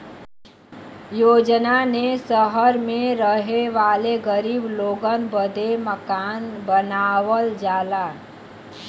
योजना ने सहर मे रहे वाले गरीब लोगन बदे मकान बनावल जाला